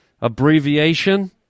abbreviation